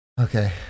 Okay